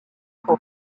qu’en